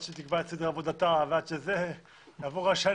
עד שהיא תקבע את סדר עבודתה תעבור שנה,